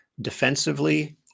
defensively